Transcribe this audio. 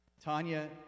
Tanya